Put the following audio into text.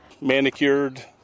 manicured